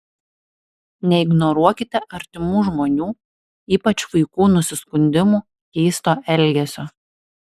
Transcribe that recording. neignoruokite artimų žmonių ypač vaikų nusiskundimų keisto elgesio